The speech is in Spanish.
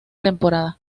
temporada